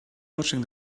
watching